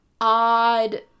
odd